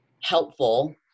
helpful